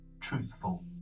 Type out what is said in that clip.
truthful